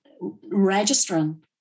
registering